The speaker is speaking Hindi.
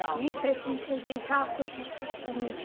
ठीक है ठीक है जैसा आपको लगे